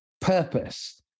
purpose